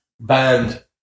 band